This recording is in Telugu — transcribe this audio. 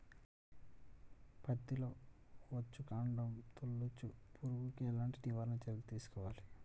పత్తిలో వచ్చుకాండం తొలుచు పురుగుకి ఎలాంటి నివారణ చర్యలు తీసుకోవాలి?